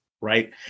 Right